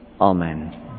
amen